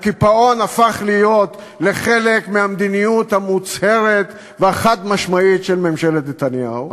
הקיפאון הפך להיות חלק מהמדיניות המוצהרת והחד-משמעית של ממשלת נתניהו,